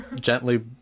gently